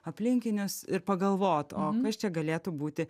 aplinkinius ir pagalvot o kas čia galėtų būti